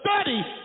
study